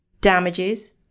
damages